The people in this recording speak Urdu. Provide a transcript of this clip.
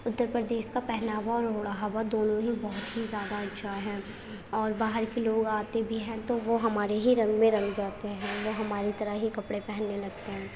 اتّر پردیش کا پہناوا اور اوڑھاوا دونوں ہی بہت ہی زیادہ اچھا ہے اور باہر کے لوگ آتے بھی ہیں تو وہ ہمارے ہی رنگ میں رنگ جاتے ہیں وہ ہمارے طرح ہی کپڑے پہننے لگتے ہیں